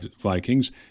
Vikings